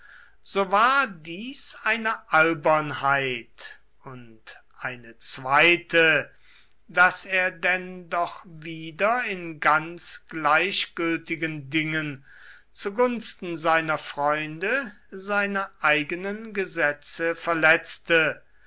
so war dies eine albernheit und eine zweite daß er denn doch wieder in ganz gleichgültigen dingen zu gunsten seiner freunde seine eigenen gesetze verletzte